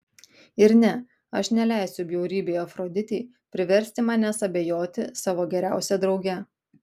ir ne aš neleisiu bjaurybei afroditei priversti manęs abejoti savo geriausia drauge